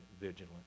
vigilant